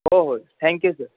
हो हो thank you sir